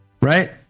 Right